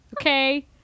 Okay